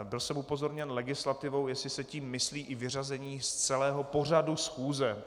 Byl jsem upozorněn legislativou, jestli se tím myslí i vyřazení z celého pořadu schůze.